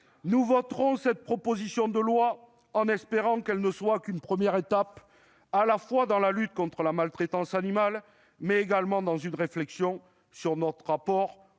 Nous voterons cette proposition de loi, en espérant qu'elle ne sera qu'une première étape à la fois dans la lutte contre la maltraitance animale et dans une réflexion sur notre rapport